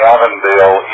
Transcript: Avondale